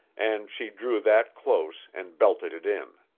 and she drew that close and belted it in.